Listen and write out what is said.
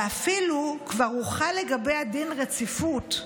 ואפילו כבר הוחל לגביה דין רציפות,